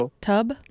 tub